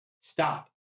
stop